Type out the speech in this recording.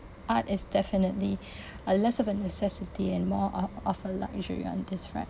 art is definitely a less of a necessity and more of of a luxury on this front